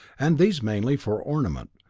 and these mainly for ornament,